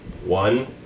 one